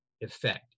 effect